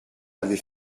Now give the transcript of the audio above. avez